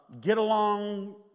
get-along